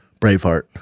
Braveheart